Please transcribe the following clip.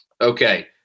Okay